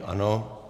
Ano.